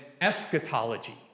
eschatology